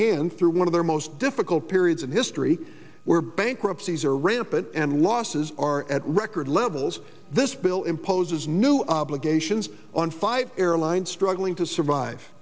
hand through one of their most difficult periods in history where bankruptcies are rampant and losses are at record levels this bill imposes new obligations on five airlines struggling to survive